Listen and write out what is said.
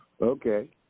Okay